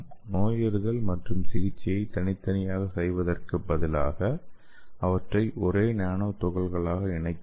நோயறிதல் மற்றும் சிகிச்சையை தனித்தனியாக செய்வதற்கு பதிலாக அவற்றை ஒரே நானோ துகள்களாக இணைக்கலாம்